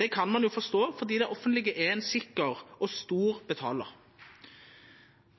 Det kan ein jo forstå fordi det offentlege er ein sikker og stor betalar.